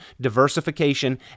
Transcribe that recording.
diversification